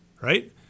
right